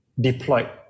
deployed